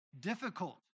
difficult